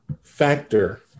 factor